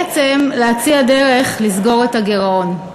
בעצם להציע דרך לסגור את הגירעון: